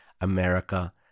America